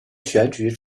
选举